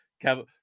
Kevin